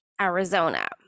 Arizona